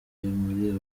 muri